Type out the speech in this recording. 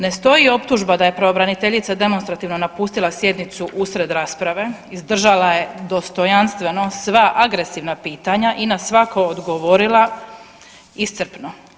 Ne stoji optužba da je pravobraniteljica demonstrativno napustila sjednicu uslijed rasprave, izdržala je dostojanstveno sva agresivna pitanja i na svako odgovorila iscrpno.